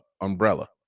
umbrella